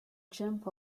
jump